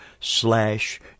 slash